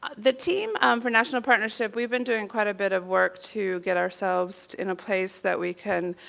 the team um for national partnership we've been doing quite a bit of work to get ourselves in a place that we can